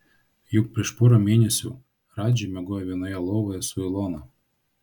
juk prieš porą mėnesių radži miegojo vienoje lovoje su ilona